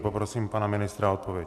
Poprosím pana ministra o odpověď.